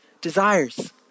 desires